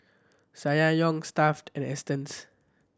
Ssangyong Stuff'd and Astons